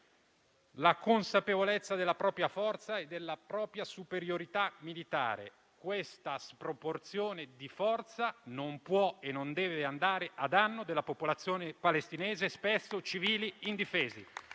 la consapevolezza della propria forza e della propria superiorità militare. Questa sproporzione di forza non può e non deve andare a danno della popolazione palestinese e spesso di civili indifesi.